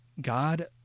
God